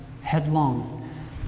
headlong